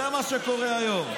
זה מה שקורה היום.